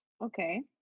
Okay